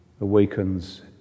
awakens